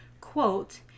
quote